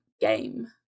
game